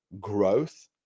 growth